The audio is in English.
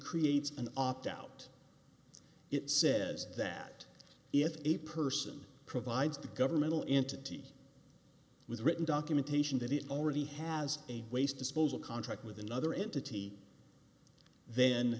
creates an opt out it says that if a person provides the governmental entity with written documentation that it already has a waste disposal contract with another entity then